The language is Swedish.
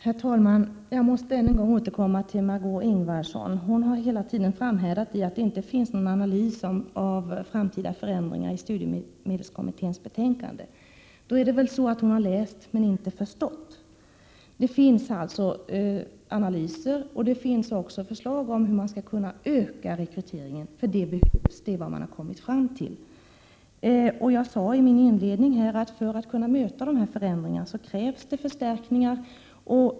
Herr talman! Jag måste än en gång återkomma till Margé Ingvardsson. Hon har hela tiden framhärdat i att det inte finns någon analys av framtida förändringar i studiemedelskommitténs betänkande. Då är det väl så att hon har läst men inte förstått. Det finns analyser, och det finns förslag om hur man skall kunna öka rekryteringen, för att det behövs har man kommit fram till. Jag sade i mitt inledningsanförande att för att kunna möta förändringarna krävs det förstärkningar.